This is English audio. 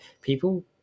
people